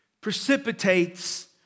precipitates